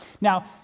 Now